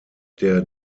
der